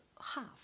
half